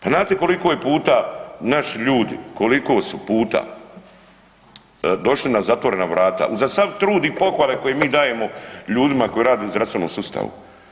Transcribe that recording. Pa znate koliko je puta naši ljudi, koliko su puta došli na zatvorena vrata, uza sav trud i pohvale koje mi dajemo ljudima koji rade u zdravstvenom sustavu.